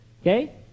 Okay